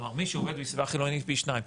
כלומר מי שעובד בסביבה חילונית זה פי שניים.